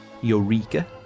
Eureka